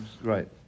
Right